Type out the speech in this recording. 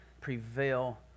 prevail